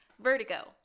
Vertigo